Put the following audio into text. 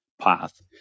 path